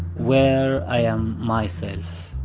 where i am myself.